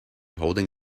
holding